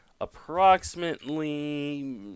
approximately